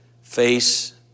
face